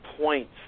points